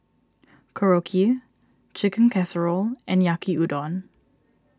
Korokke Chicken Casserole and Yaki Udon